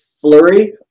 flurry